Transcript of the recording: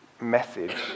message